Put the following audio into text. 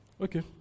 Okay